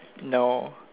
no